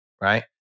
Right